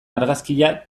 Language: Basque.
argazkia